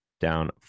down